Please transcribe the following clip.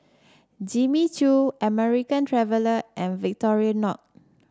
Jimmy Choo American Traveller and Victorinox